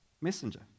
messenger